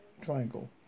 Triangle